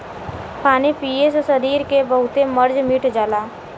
पानी पिए से सरीर के बहुते मर्ज मिट जाला